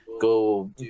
go